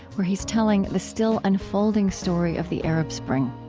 where he's telling the still-unfolding story of the arab spring.